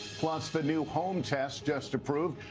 plus the new home test just approved.